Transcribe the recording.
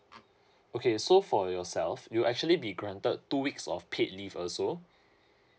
okay so for yourself you'll actually be granted two weeks of paid leave also